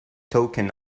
token